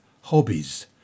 hobbies